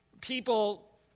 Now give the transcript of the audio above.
people